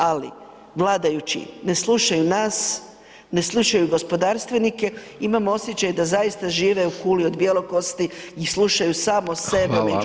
Ali vladajući ne slušaju nas, ne slušaju gospodarstvenike, imam osjećaj da zaista žive u kuli od bjelokosti i slušaju samo sebe međusobno.